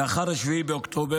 לאחר 7 באוקטובר